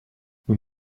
nous